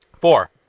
Four